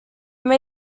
may